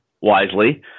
wisely